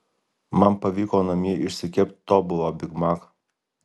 man pavyko namie išsikept tobulą bigmaką